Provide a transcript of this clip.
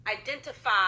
identify